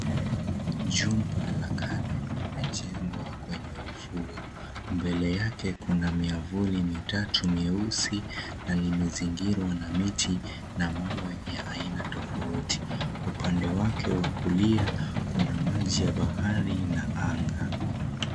Jumba la kale limejengwa kwa kwenye ufuo mbele yake kuna miavuli mitatu mieusi na imezingirwa na miti na mawe ya aina tofauti, upande wake wa kulia kuna maji ya bahari na anga.